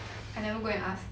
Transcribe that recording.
I never go and ask